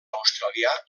australià